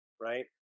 right